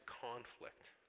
conflict